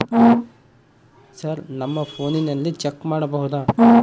Sir ನಮ್ಮ ಫೋನಿನಲ್ಲಿ check ಮಾಡಬಹುದಾ?